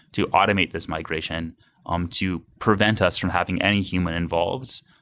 to automate this migration um to prevent us from having any human involves.